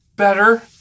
better